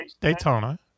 Daytona